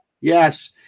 Yes